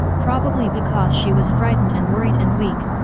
probably because she was frightened and worried and weak,